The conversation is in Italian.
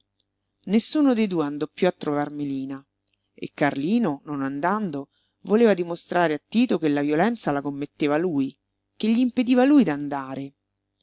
nessuno de due andò piú a trovar melina e carlino non andando voleva dimostrare a tito che la violenza la commetteva lui che gl'impediva lui d'andare